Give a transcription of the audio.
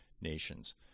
nations